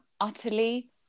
utterly